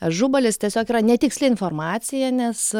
ažubalis tiesiog yra netiksli informacija nes